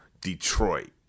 Detroit